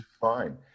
fine